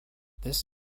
this